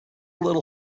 little